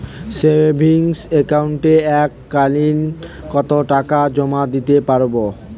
Savings একাউন্টে এক কালিন কতটাকা জমা দিতে পারব?